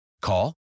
Call